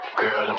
girl